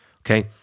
okay